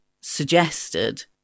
suggested